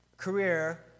Career